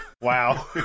wow